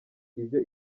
ibyo